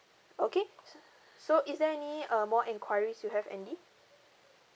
okay so is there any uh more enquiries you have andy